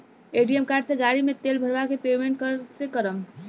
ATM card से गाड़ी मे तेल भरवा के पेमेंट कैसे करेम?